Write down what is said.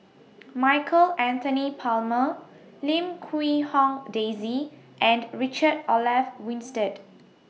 Michael Anthony Palmer Lim Quee Hong Daisy and Richard Olaf Winstedt